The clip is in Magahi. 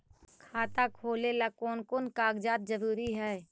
खाता खोलें ला कोन कोन कागजात जरूरी है?